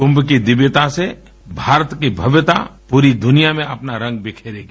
कुंभ की दिव्यता से भारत की भव्यता पूरी दुनिया में अपना रंग बिखेरेगी